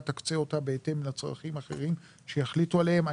תקצה אותה בהתאם לצרכים האחרים שיחליטו עליהם.